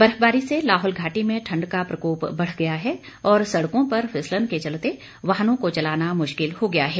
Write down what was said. बर्फबारी से लाहौल घाटी में ठंड का प्रकोप बढ़ गया है और सड़कों पर फिसलन के चलते वाहनों को चलाना मुश्किल हो गया है